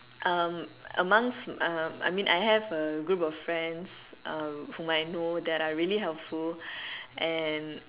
um amongst uh I mean I have a group of friends uh whom I know that are really helpful and